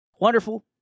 Wonderful